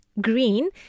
green